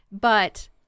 But-